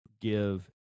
give